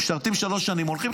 משרתים שלוש שנים והולכים,